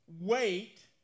wait